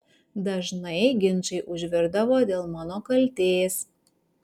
dažnai ginčai užvirdavo dėl mano kaltės